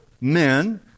men